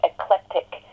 eclectic